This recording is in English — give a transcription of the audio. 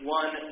one